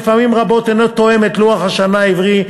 אשר פעמים רבות אינו תואם את לוח השנה העברי,